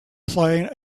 playing